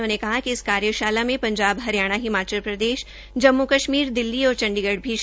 उन्होंने कहा कि इस कार्यशाला में पंजाब हरियाणा हिमाचल प्रदेश जम्मू कश्मीर दिल्ली और चंडीगढ़ भी शामिल है